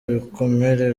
bikomere